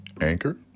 Anchor